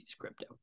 Crypto